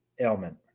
ailment